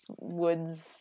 woods